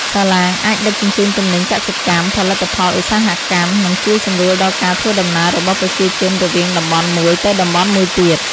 សាឡាងអាចដឹកជញ្ជូនទំនិញកសិកម្ម ផលិតផលឧស្សាហកម្ម និងជួយសម្រួលដល់ការធ្វើដំណើររបស់ប្រជាជនរវាងតំបន់មួយទៅតំបន់មួយទៀត។